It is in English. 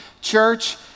Church